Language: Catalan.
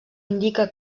indica